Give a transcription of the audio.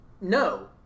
no